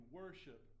worship